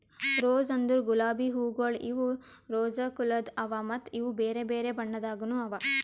rose ಅಂದುರ್ ಗುಲಾಬಿ ಹೂವುಗೊಳ್ ಇವು ರೋಸಾ ಕುಲದ್ ಅವಾ ಮತ್ತ ಇವು ಬೇರೆ ಬೇರೆ ಬಣ್ಣದಾಗನು ಅವಾ